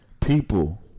People